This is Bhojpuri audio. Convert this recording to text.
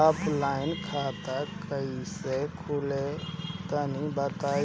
ऑफलाइन खाता कइसे खुलेला तनि बताईं?